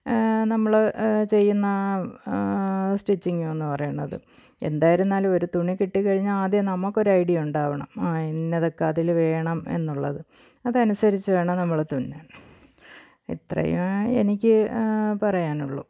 നമ്മള് ചെയ്യുന്ന ആ സ്റ്റിച്ചിങ്ങെന്ന് പറയുന്നത് എന്തായിരുന്നാലും ഒരു തുണി കിട്ടിക്കഴിഞ്ഞാല് ആദ്യം നമുക്കൊരു ഐഡിയ ഉണ്ടാകണം ആ ഇന്നതൊക്കെ അതില് വേണം എന്നുള്ളത് അതനുസരിച്ച് വേണം നമ്മള് തുന്നാൻ ഇത്രയാണ് എനിക്ക് പറയാനുള്ളു